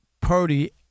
Purdy